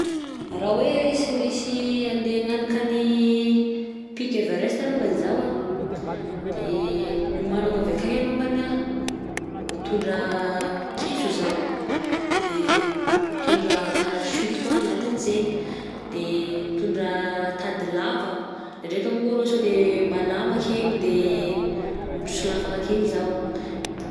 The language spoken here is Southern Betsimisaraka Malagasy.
Raha hoe sy mainsy ande agnanika ny pic Everest longany zaho a, de ny hiomaniko avy akeny longany a, hitondra kiso zaho, de mitondra parachte koa agnatin'zegny, de mitondra tady lava ndraindraiky alo arô sode malama akegny de solafaka akegny zaho.